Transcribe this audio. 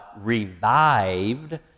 revived